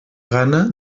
gana